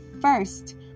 first